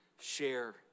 share